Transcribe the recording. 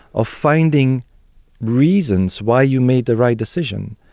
of finding reasons why you made the right decision.